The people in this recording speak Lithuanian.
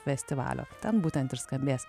festivalio ten būtent ir skambės